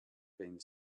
being